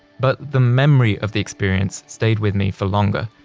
but the memory of the experience stayed with me for longer.